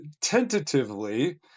tentatively